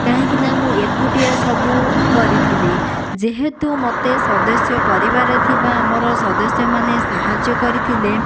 କାହିଁକିନା ମୁଁ ଏକୁଟିଆ ସବୁ କରିଥିଲି ଯେହେତୁ ମୋତେ ସଦସ୍ୟ ପରିବାରରେ ଥିବା ଆମର ସଦସ୍ୟମାନେ ସାହାଯ୍ୟ କରିଥିଲେ